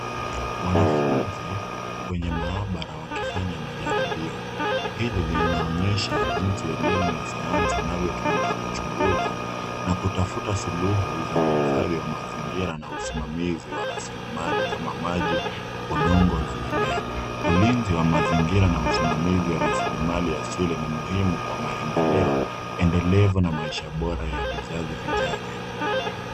Wanafunzi kwenye maabara wakifanya majaribio hili linaonyesha jinsi elimu ya sayansi inavyotumika kuchunguza na kutafuta suluhu za uhifadhi wa mazingira na usimamizi wa rasilimali kama maji ,udongo na mimea, ulinzi wa mazingira na usimamizi wa rasilimali asili ni muhimu kwa maendeleo endelevu na maisha bora ya vizazi vijavyo.